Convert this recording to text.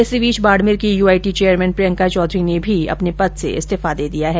इसी बीच बाड़मेर की यूआईटी चेयरमैन प्रियंका चौधरी ने अपने पद से इस्तीफा दे दिया है